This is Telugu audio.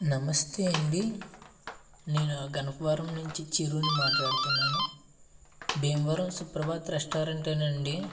నమస్తే అండి నేను గణపవరంనించి చిరుని మాట్లాడుతున్నాను భీమవరం సుప్రభాత్ రెస్టారెంటేనా అండి